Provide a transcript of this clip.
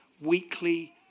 Weekly